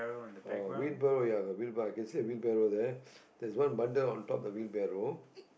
oh wheelbarrow ya got wheelbarrow I can see the wheelbarrow there there is one bundle on top the wheelbarrow